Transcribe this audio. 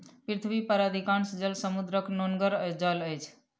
पृथ्वी पर अधिकांश जल समुद्रक नोनगर जल अछि